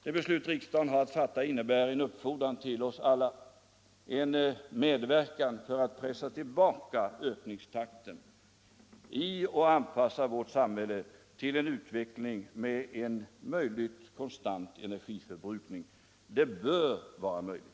Det beslut riksdagen har att fatta innebär en uppfordran till oss alla att medverka för att pressa tillbaka ökningstakten och anpassa vårt samhälle till en utveckling med konstant energiförbrukning. Det bör vara möjligt.